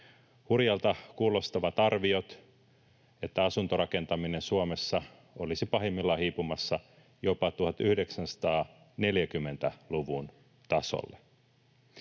Hurjalta kuulostavat arviot, että asuntorakentaminen Suomessa olisi pahimmillaan hiipumassa jopa 1940-luvun tasolle.